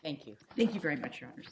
thank you thank you very much